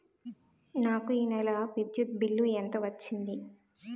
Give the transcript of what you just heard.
నాకు ఈ నెల విద్యుత్ బిల్లు ఎంత వచ్చింది?